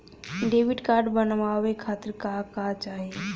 Debit card बनवावे खातिर का का चाही?